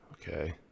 Okay